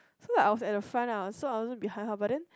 so I was at the front lah so I also behind the but then